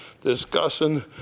discussing